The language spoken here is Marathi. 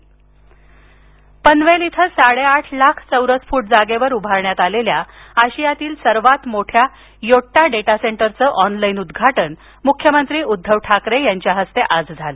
मुख्यमंत्री महाराष्ट्र पनवेल इथं साडेआठ लाख चौरस फूट जागेवर उभारण्यात आलेल्या आशियातील सर्वात मोठ्या योट्टा डेटा सेन्टरचं ऑनलाईन उद्घाटन मुख्यमंत्री उद्घव ठाकरे यांच्या हस्ते काल झालं